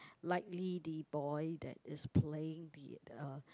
likely the boy that is playing be the uh